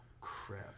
crap